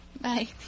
Bye